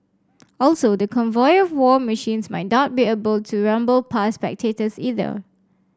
also the convoy of war machines might not be able to rumble past by spectators either